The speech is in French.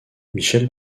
michel